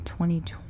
2020